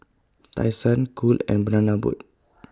Tai Sun Cool and Banana Boat